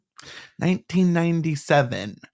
1997